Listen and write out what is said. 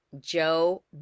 Joe